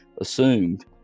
assumed